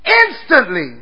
instantly